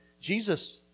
Jesus